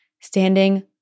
standing